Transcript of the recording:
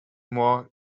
more